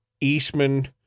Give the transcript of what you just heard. Eastman